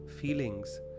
feelings